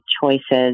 choices